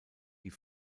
die